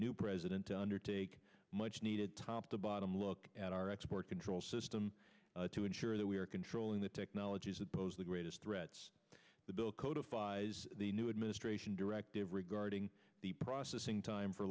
new president undertake much needed top to bottom look at our export controls them to ensure that we are controlling the technologies that pose the greatest threats the bill codifies the new administration directive regarding the processing time for